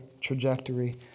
trajectory